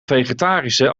vegetarische